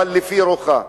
אבל לפי רוחה.